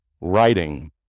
writing